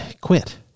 Quit